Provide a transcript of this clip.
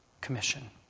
commission